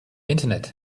internet